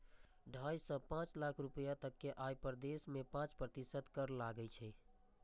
ढाइ सं पांच लाख रुपैया तक के आय पर देश मे पांच प्रतिशत कर लागै छै